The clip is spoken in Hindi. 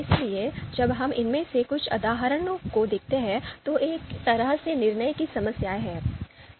इसलिए जब हम इनमें से कुछ उदाहरणों को देखते हैं तो ये एक तरह से निर्णय की समस्याएं हैं